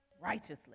righteously